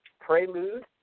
prelude